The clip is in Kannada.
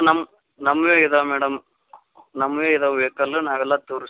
ನಮ್ಮ ನಮ್ಮದೇ ಇದಾವೆ ಮೇಡಮ್ ನಮ್ಮದೇ ಇದಾವೆ ವೇಕಲ್ಲು ನಾವೆಲ್ಲ ತೋರಸ್ತೀವಿ